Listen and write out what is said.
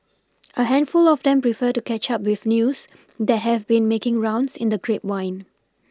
a handful of them prefer to catch up with news that have been making rounds in the grapevine